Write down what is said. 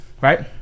Right